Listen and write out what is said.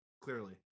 clearly